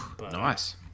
Nice